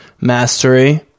mastery